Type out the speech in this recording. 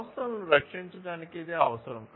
సంస్థలను రక్షించడానికి ఇది అవసరం